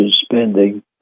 spending